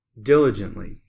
Diligently